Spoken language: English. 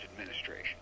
Administration